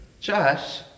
Josh